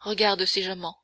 regarde si je mens